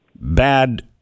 bad